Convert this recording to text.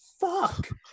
fuck